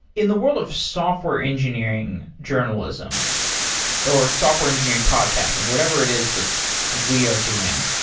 in the world of software engineering journalism or software engineering podcasting, whatever it is that we are doing,